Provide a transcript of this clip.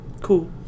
cool